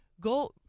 go